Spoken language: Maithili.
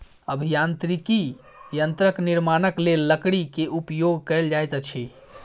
अभियांत्रिकी यंत्रक निर्माणक लेल लकड़ी के उपयोग कयल जाइत अछि